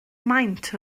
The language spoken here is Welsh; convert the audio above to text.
maint